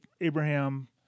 Abraham